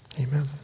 amen